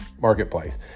marketplace